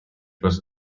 was